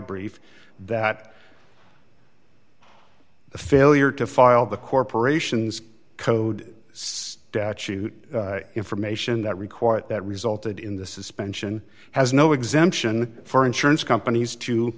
brief that the failure to file the corporation's code statute information that required that resulted in this is spent ssion has no exemption for insurance companies to